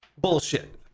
Bullshit